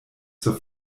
zur